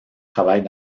travaille